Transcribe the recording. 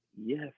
yes